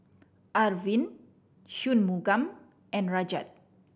Arvind Shunmugam and Rajat